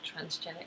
transgenic